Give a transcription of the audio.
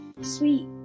sweet